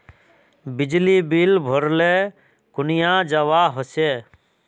बिजली बिल भरले कुनियाँ जवा होचे?